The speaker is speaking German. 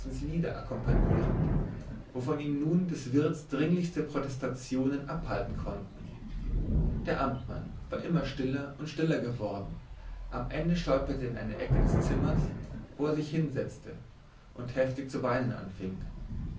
akkompagnierend wovon ihn nur des wirts dringendste protestationen abhalten konnten der amtmann war immer stiller und stiller geworden am ende stolperte er in eine ecke des zimmers wo er sich hinsetzte und heftig zu weinen anfing